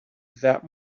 that